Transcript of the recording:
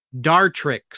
Dartrix